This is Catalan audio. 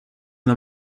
una